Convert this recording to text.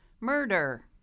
murder